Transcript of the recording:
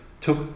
took